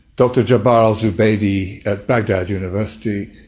dr jabr al-zubeidi at baghdad university,